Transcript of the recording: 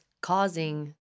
causing